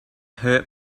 hurt